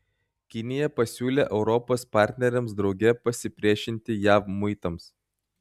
kinija pasiūlė europos partneriams drauge pasipriešinti jav muitams